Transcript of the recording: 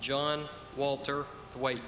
john walter white